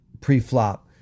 pre-flop